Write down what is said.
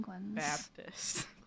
Baptist